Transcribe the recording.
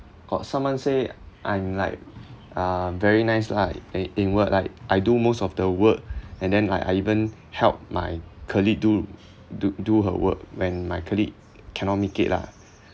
got someone say I'm like uh very nice lah i~ in work like I do most of the work and then I I even help my colleague do do do her work when my colleague cannot make it lah